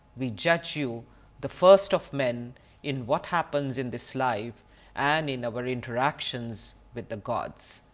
we judge you the first of men in what happens in this life and in our interactions with the gods.